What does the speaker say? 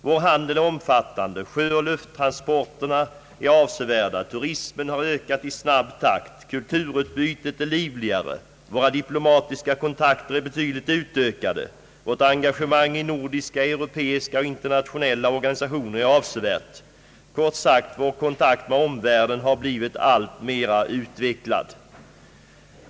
Vår handel är omfattande, sjöoch lufttransporterna är avsevärda, turismen har ökat i snabbt takt, kulturutbytet är livligare, våra diplomatiska kontakter är betydligt utökade, vårt engagemang i nordiska, europeiska och internationella organisationer är avsevärt. Kort sagt: vår kontakt med omvärlden har blivit alltmera utvecklad.